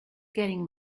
getting